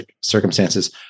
circumstances